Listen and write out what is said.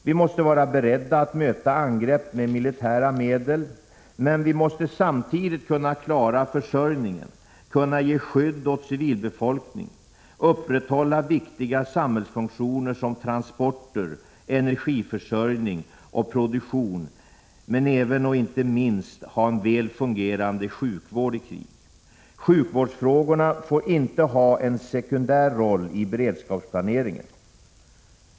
Vi måste vara beredda att möta angrepp med militära medel, men vi måste samtidigt kunna klara försörjning, kunna ge skydd åt civilbefolkning, upprätthålla viktiga samhällsfunktioner som transporter, energiförsörjning och produktion men även och inte minst ha en väl fungerande sjukvård i krig. Sjukvårdsfrågorna får inte ha en sekundär roll i beredskapsplaneringen.